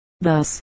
Thus